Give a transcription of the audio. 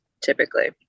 typically